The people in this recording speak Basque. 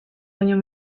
baino